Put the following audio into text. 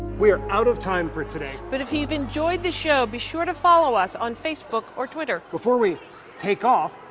we're out of time for today. but if you've enjoyed the show, be sure to follow us on facebook or twitter. before we take off,